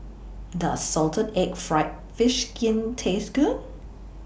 Does Salted Egg Fried Fish Skin Taste Good